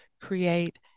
create